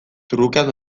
trukean